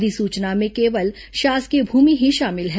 अधिसूचना में केवल शासकीय भूमि ही शामिल होगी